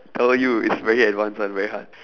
tell you it's very advanced one very hard